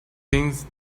things